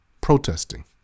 protesting